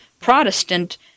Protestant